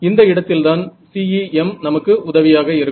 இந்த இடத்தில்தான் CEM நமக்கு உதவியாக இருக்கும்